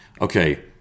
okay